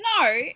no